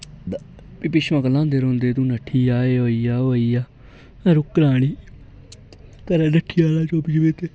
फ्ही पिछूआं गलांदे रौह्ंदे हे तू नठीआ एह् होई गेआ ओह् होई गेआ रूकना ननिं घरा नठी जाना चुप्प चपीते